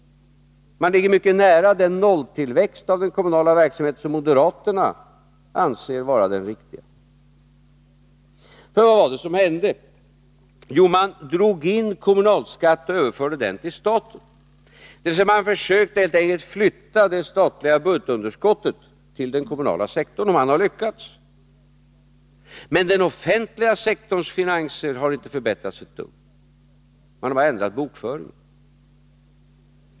Man ligger mycket nära den nolltillväxt av den kommunala verksamheten som moderaterna anser vara den riktiga. Vad var det som hände? Jo, man drog in kommunal skatt och överförde den till staten, dvs. försökte helt enkelt flytta det statliga budgetunderskottet till den kommunala sektorn — och man har lyckats. Men den offentliga sektorns finanser har inte förbättrats ett dugg — man har bara ändrat bokföringen.